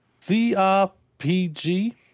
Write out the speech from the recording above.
CRPG